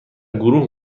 گروه